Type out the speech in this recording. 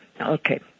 okay